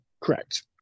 Correct